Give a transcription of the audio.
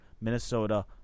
Minnesota